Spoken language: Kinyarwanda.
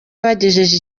bagejeje